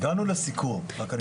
לסיכום?